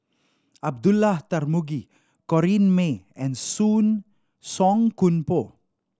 Abdullah Tarmugi Corrinne May and Song Koon Poh